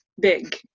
big